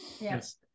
Yes